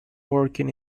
working